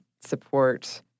support